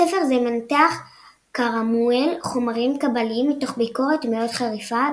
בספר זה מנתח קאראמואל חומרים קבליים מתוך ביקורת מאוד חריפה,